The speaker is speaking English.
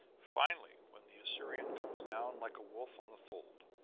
finally when the assyrian comes down like a wolf on the fold,